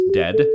dead